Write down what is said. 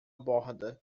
borda